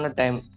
time